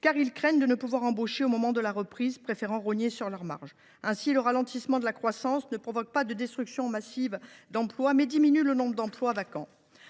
car ils craignent de ne pouvoir embaucher au moment de la reprise ; ils préfèrent donc rogner sur leurs marges. Aussi, le ralentissement de la croissance ne provoque pas de destruction massive des emplois, mais réduit le nombre des emplois vacants.